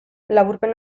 laburpen